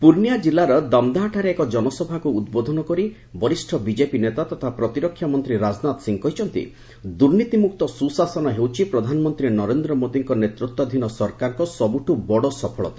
ପୁର୍ଣ୍ଣିଆ କିଲ୍ଲାର ଧମ୍ଦାହାଠାରେ ଏକ ଜନସଭାକୁ ଉଦ୍ବୋଧନ କରି ବରିଷ୍ଣ ବିଜେପି ନେତା ତଥା ପ୍ରତିରକ୍ଷା ମନ୍ତ୍ରୀ ରାଜନାଥ ସିଂହ କହିଛନ୍ତି ଦୁର୍ନୀତି ମୁକ୍ତ ସୁଶାସନ ହେଉଛି ପ୍ରଧାନମନ୍ତ୍ରୀ ନରେନ୍ଦ୍ର ମୋଦୀଙ୍କ ନେତୃତ୍ୱାଧୀନ ସରକାରଙ୍କ ସବୁଠୁ ବଡ଼ ସଫଳତା